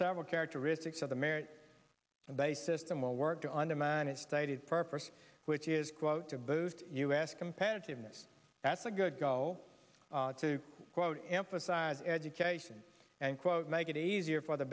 several characteristics of the merit based system will work to undermine its stated purpose which is quote to boost u s competitiveness that's a good go to quote emphasize education and quote make it easier for the